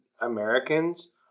Americans